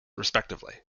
respectively